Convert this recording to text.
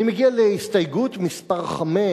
אני מגיע להסתייגות מס' 5,